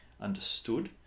understood